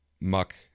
muck